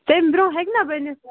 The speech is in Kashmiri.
تمہِ برونٛہہ ہیکہِ نہ بنتھ